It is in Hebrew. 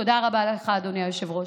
תודה רבה לך, אדוני היושב-ראש.